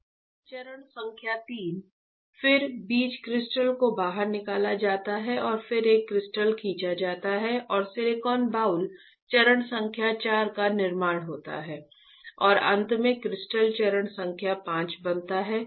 चरण संख्या 3 फिर बीज क्रिस्टल को बाहर निकाला जाता है और फिर एक क्रिस्टल खींचा जाता है और सिलिकॉन बाउल चरण संख्या 4 का निर्माण होता है और अंत में क्रिस्टल चरण संख्या 5 बनता है